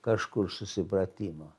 kažkur susipratimo